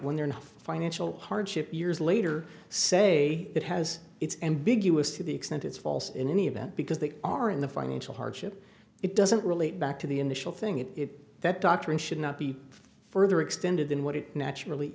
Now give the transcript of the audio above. when they're in financial hardship years later say it has it's ambiguous to the extent it's false in any event because they are in the financial hardship it doesn't relate back to the initial thing it is that doctrine should not be further extended than what it naturally